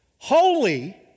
Holy